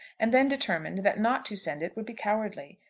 and then determined that not to send it would be cowardly.